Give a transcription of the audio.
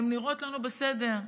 הן נראות לנו בסדר,